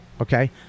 okay